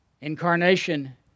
Incarnation